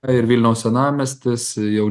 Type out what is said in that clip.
yra ir vilniaus senamiestis jau